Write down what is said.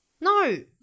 No